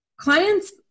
Clients